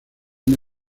una